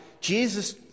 Jesus